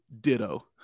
Ditto